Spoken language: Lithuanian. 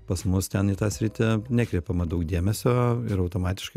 pas mus ten į tą sritį nekreipiama daug dėmesio ir automatiškai